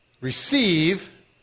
Receive